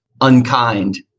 unkind